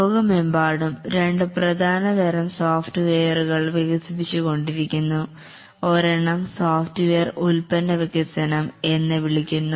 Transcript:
ലോകമെമ്പാടും രണ്ട് പ്രധാന തരം സോഫ്റ്റ് വെയറുകൾ വികസിപ്പിച്ചു കൊണ്ടിരിക്കുന്നു ഒരെണ്ണം സോഫ്റ്റ്വെയർ ഉൽപ്പന്ന വികസനം എന്ന് വിളിക്കുന്നു